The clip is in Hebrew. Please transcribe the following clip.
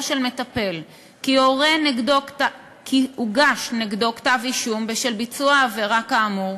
של מטפל כי הוגש נגד הורה כתב-אישום בשל ביצוע עבירה כאמור,